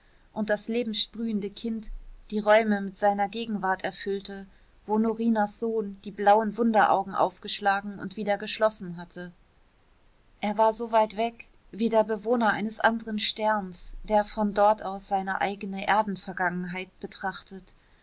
und das lebensprühende kind die räume mit seiner gegenwart erfüllte wo norinas sohn die blauen wunderaugen aufgeschlagen und wieder geschlossen hatte er war so weit weg wie der bewohner eines anderen sterns der von dort aus seine eigne erdenvergangenheit betrachtet